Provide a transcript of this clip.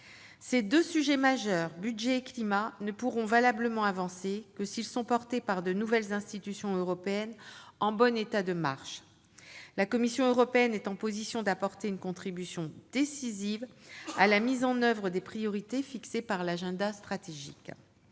Ces deux sujets majeurs- budget et climat -ne pourront valablement avancer que s'ils sont portés par de nouvelles institutions européennes en bon état de marche. La Commission européenne est en position d'apporter une contribution décisive à la mise en oeuvre des priorités fixées par l'agenda stratégique.